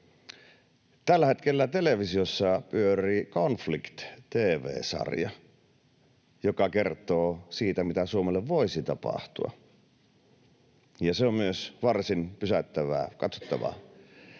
Tällä hetkellä televisiossa pyörii Konflikti-tv-sarja, joka kertoo siitä, mitä Suomelle voisi tapahtua, ja se on myös varsin pysäyttävää katsottavaa.